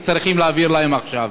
וצריכים להעביר להם את זה עכשיו.